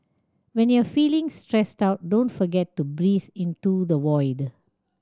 when you are feeling stressed out don't forget to breathe into the void